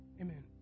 Amen